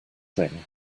sing